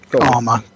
armor